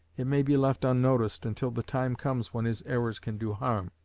it may be left unnoticed until the time comes when his errors can do harm.